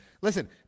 listen